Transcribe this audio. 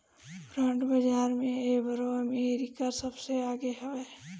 bond बाजार में एबेरा अमेरिका सबसे आगे हवे